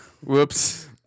Whoops